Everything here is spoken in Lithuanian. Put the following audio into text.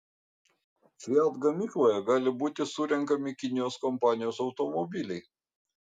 fiat gamykloje gali būti surenkami kinijos kompanijos automobiliai